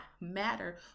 matter